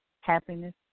Happiness